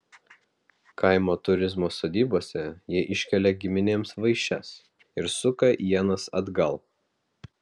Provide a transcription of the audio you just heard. kaimo turizmo sodybose jie iškelia giminėms vaišes ir suka ienas atgal